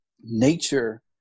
nature